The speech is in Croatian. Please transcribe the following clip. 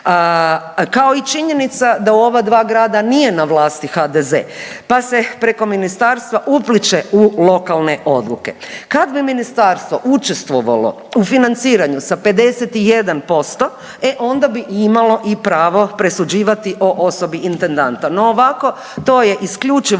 kao i činjenica da u ova dva grada nije na vlasti HDZ, pa se preko ministarstva upliće u lokalne odluke. Kad bi ministarstvo učestvovalo u financiranju sa 51%, e onda bi imalo i pravo presuđivati o osobi intendanta. No ovako to je isključivo